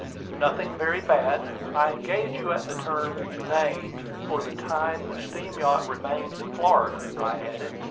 nothing very bad. i engage you at the terms you named for the time the steam-yacht remains in florida, i added.